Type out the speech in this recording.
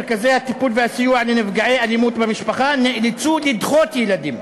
מרכזי הטיפול והסיוע לנפגעי אלימות במשפחה נאלצו לדחות ילדים,